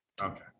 okay